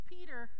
Peter